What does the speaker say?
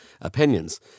opinions